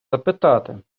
запитати